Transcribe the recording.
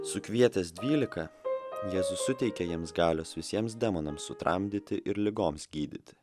sukvietęs dvylika jėzus suteikė jiems galios visiems demonams sutramdyti ir ligoms gydyti